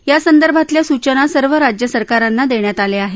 या संदर्भातल्या सूचना सर्व राज्यसरकारांना देण्यात आल्या आहेत